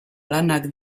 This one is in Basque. lanak